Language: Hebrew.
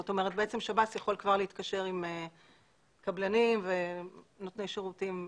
זאת אומרת שב"ס יכול כבר להתקשר עם קבלנים ונותני שירותים.